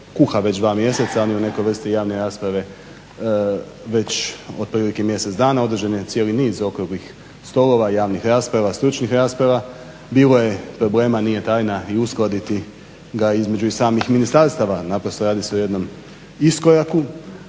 kuha već dva mjeseca ali u nekoj vrsti javne rasprave već otprilike mjesec dana održan je cijeli niz okruglih stolova javnih rasprava stručnih rasprava. Bilo je problema nije tajna i uskladiti ga između samih ministarstava. Naprosto radi se o jednom iskoraku